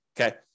Okay